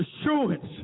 assurance